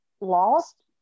lost